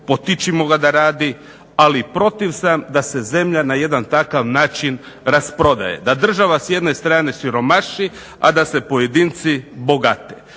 potičimo ga da radi. Ali protiv sam da se zemlja na jedan takav način rasprodaje, da država s jedne strane siromaši, a da se pojedinci bogate.